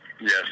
Yes